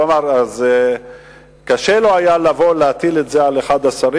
הוא אמר שקשה היה לו לבוא ולהטיל את זה על אחד השרים.